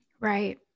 Right